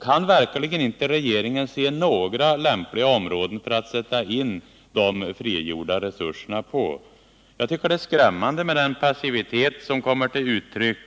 Kan verkligen inte regeringen se några lämpliga områden att sätta in de frigjorda resurserna på? Jag tycker den passivitet som kommer till uttryck är skrämmande.